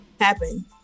happen